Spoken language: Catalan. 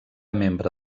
membre